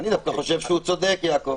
אני דווקא חושב שהוא צודק, יעקב.